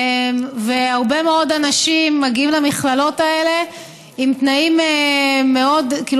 והרבה מאוד אנשים מגיעים למכללות האלה עם תנאים מינימליים,